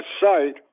site